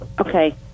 okay